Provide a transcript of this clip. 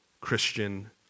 Christian